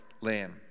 land